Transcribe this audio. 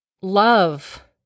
love